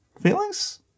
Feelings